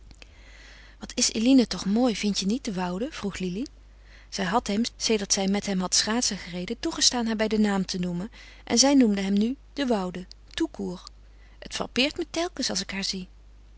wat is eline toch mooi vindt je niet de woude vroeg lili zij had hem sedert zij met hem had schaatsen gereden toegestaan haar bij den naam te noemen en zij noemde hem nu de woude tout court het frappeert me telkens als ik haar zie